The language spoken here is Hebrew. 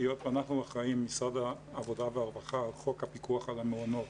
היות ואנחנו משרד העבודה והרווחה אחראיים על חוק הפיקוח על המעונות,